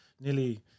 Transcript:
nearly